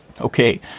Okay